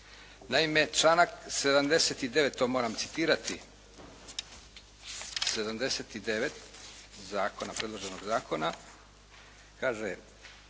Naime, članak 79., to moram citirati, 79. predloženog zakona kaže